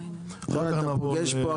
בבקשה.